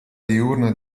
diurna